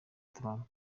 trump